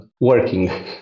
working